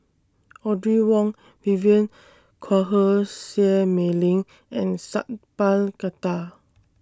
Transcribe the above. Audrey Wong Vivien Quahe Seah Mei Lin and Sat Pal Khattar